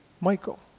Michael